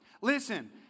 Listen